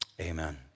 Amen